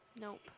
Nope